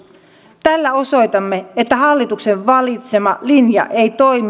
tällä osoitamme että hallituksen valitsema linja ei toimi